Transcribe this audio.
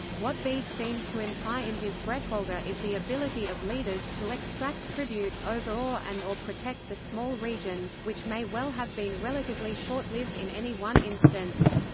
what bede seems to imply in his bretwalda is the ability of leaders to extract tribute, overawe and or protect the small regions, which may well have been relatively short-lived in any one instance.